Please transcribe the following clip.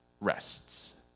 rests